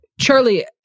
Charlie